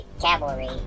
cavalry